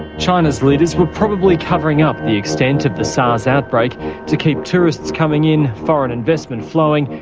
china's leaders were probably covering up the extent of the sars outbreak to keep tourists coming in, foreign investment flowing,